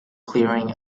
clearing